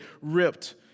ripped